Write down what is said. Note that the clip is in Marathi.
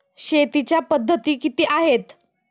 शेतीच्या पद्धती किती आहेत?